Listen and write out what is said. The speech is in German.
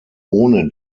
ohne